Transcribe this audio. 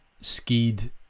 skied